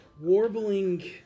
warbling